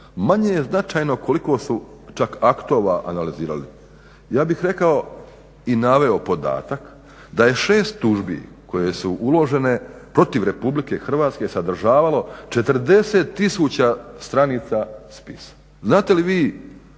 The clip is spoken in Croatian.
Manje je značajno čak koliko su aktova analizirali, ja bih rekao i naveo podatak da je 6 tužbi koje su uložene protiv RH sadržavalo 40 tisuća stranica spisa. Znate li vi